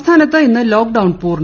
സംസ്ഥാനത്ത് ഇന്ന് ലോക്ഡൌൺ പൂർണം